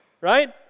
right